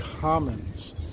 Commons